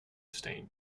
stained